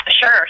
Sure